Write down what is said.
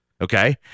Okay